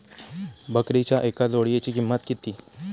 बकरीच्या एका जोडयेची किंमत किती?